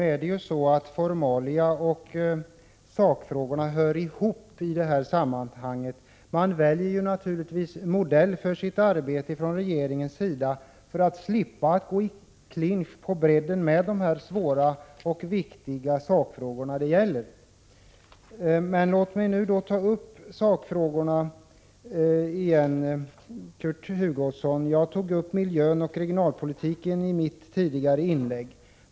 Fru talman! Formalia och sakfrågor hör i detta sammanhang ihop. Regeringen väljer naturligtvis en modell för sitt arbete som passar dem för att slippa att gå i clinch med de svåra och viktiga sakfrågor det gäller. Låt mig ta upp sakfrågorna igen, Kurt Hugosson. Jag tog upp miljön och regionalpolitiken i mitt tidigare inlägg.